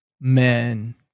men